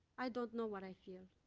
i don't know what i feel,